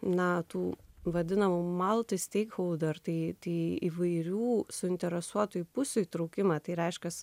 natų vadiname maltoje steikų dar tai įvairių suinteresuotųjų pusių įtraukimą tai reiškiasi